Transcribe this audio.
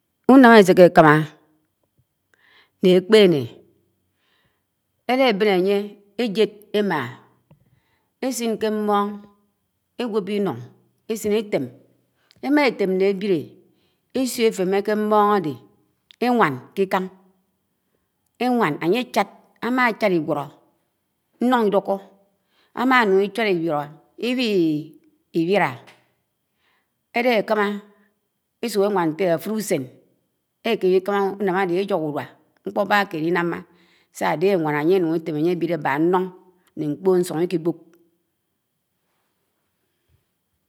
Ũnam éseké ekámá nn̄e ãkpené éla ebén añye éjed éma esìn ké mm̄on egw̄o̱bo̱ ln̄un ésin étem, émmã étem n̄ne ábilé ésio̱ etem̃e ke mmon àde éwan ké lk̄an, ew̄an ánye áchad, amma achaḏ īwala, ela ekámã esũk éwan ñte̱le afuru u̱sen, ekemé lk̄ama uñan ãde ẽyọho̱ ũrua nkpo̱ bã kẽd ln̄ama s̄a dehé éwan ãnye e̱nun étem ãnye ãbilé m̃ba ñlo̱n ñne kpo̱n ñsun īki b̄o̱k.